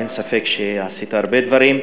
אין ספק שעשית הרבה דברים.